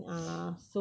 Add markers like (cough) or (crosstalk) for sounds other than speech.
(noise)